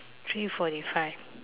three forty five